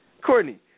Courtney